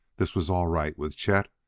this was all right with chet,